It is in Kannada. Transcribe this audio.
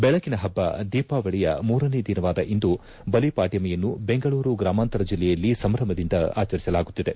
ಬೆಳಕಿನ ಹಬ್ಬ ದೀಪಾವಳಿಯ ಮೂರನೇ ದಿನವಾದ ಇಂದು ಬಲಿಪಾಡ್ಕಮಿಯನ್ನು ಬೆಂಗಳೂರು ಗೂಮಾಂತರ ಜಿಲ್ಲೆಯಲ್ಲಿ ಸಂಭ್ರಮದಿಂದ ಆಚರಿಸಲಾಗುತ್ತಿದೆ